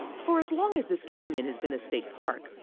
for as long as this canyon has been a state park,